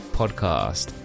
podcast